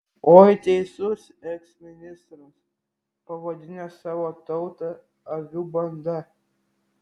oi teisus eksministras pavadinęs savo tautą avių banda